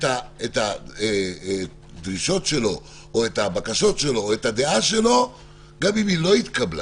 את הדרישות שלו או את הבקשות שלו או את הדעה שלו גם אם היא לא התקבלה.